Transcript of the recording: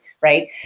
Right